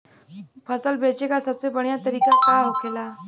फसल बेचे का सबसे बढ़ियां तरीका का होखेला?